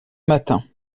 matin